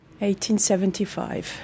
1875